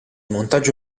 montaggio